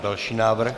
Další návrh.